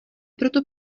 proto